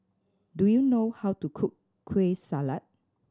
do you know how to cook Kueh Salat